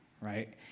right